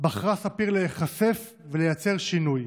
בחרה ספיר להיחשף ולייצר שינוי.